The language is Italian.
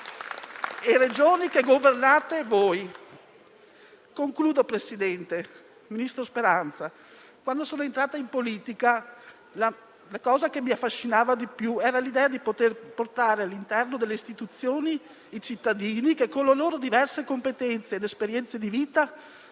e Regioni che governate voi. Ministro Speranza, quando sono entrata in politica la cosa che mi affascinava di più era l'idea di poter portare all'interno delle istituzioni i cittadini che, con le loro diverse competenze ed esperienze di vita,